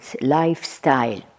lifestyle